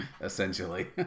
essentially